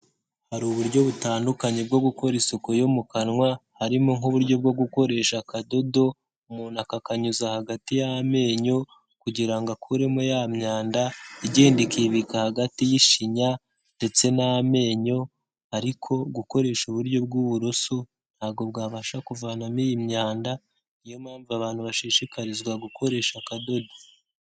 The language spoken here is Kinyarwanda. Hari uburyo butandukanye bwo gukora isuku yo mu kanwa. Harimo nk'uburyo bwo gukoresha akadodo, umuntu akakanyuza hagati y'amenyo kugira ngo akuremo ya myanda igenda ikibika hagati y'ishinya ndetse n'amenyo. Ariko gukoresha uburyo bw'uburuso ntabwo bwabasha kuvanamo iyi myanda. Ni yo mpamvu abantu bashishikarizwa gukoresha akadodo.